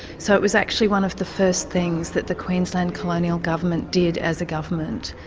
so it was actually one of the first things that the queensland colonial government did as a government.